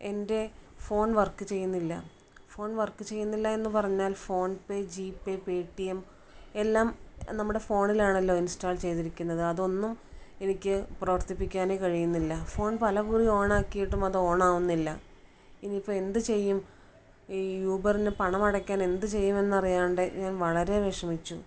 എൻ്റെ phone work ചെയ്യുന്നില്ല phone work ചെയ്യുന്നില്ല എന്ന് പറഞ്ഞാൽ PhonePe G pay Paytm എല്ലാം നമ്മുടെ ഫോണിൽ ആണല്ലോ ഇൻസ്റ്റാൾ ചെയ്തിരിക്കുന്നത് അത് ഒന്നും എനിക്ക് പ്രവർത്തിപ്പിക്കാനേ കഴിയുന്നില്ല ഫോൺ പല കുറി ഓൺ ആകിയിട്ടും അത് ഓൺ ആകുന്നില്ല ഇനിയിപ്പോൾ എന്ത് ചെയ്യും ഈ ഊബറിന് പണം അടക്കാൻ എന്ത് ചെയ്യും എന്ന് അറിയാണ്ട് ഞാൻ വളരെ വിഷമിച്ചു